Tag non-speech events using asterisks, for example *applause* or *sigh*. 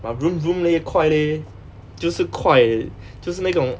but *noise* leh 快 leh 就是快就是那种